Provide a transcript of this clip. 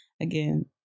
again